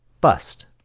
bust